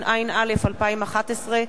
התשע"א 2011,